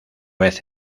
vez